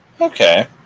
Okay